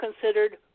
considered